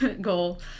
goal